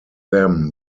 them